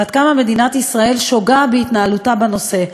ועד כמה מדינת ישראל שוגה בהתנהלותה בנושא.